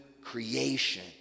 creation